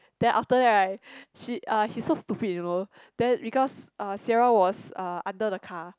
then after that right she uh he so stupid you know then because uh Sierra was uh under the car